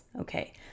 Okay